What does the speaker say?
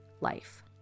life